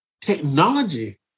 technology